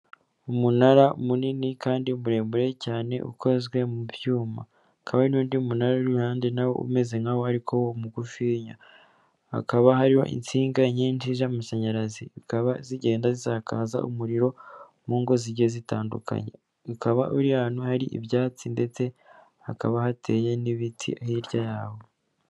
Umunara munini kandi muremure cyane, ukozwe mu byuma. Hakaba n'undi munara uri iruhande rwawo nawo ariko mugufiya, hakaba hariho insinga nyinshi z'amashanyarazi, zikaba zigenda zisakaza umuriro mu ngo zigiye zitandukanye, ukaba uri ahantu hari ibyatsi, ndetse hakaba hateye n'ibiti hirya yawo.